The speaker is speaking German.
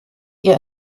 ihr